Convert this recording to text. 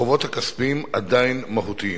החובות הכספיים עדיין מהותיים.